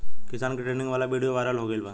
किसान के ट्रेनिंग वाला विडीओ वायरल हो गईल बा